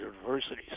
universities